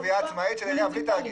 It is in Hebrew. או גבייה עצמאית של העירייה בלי תאגיד.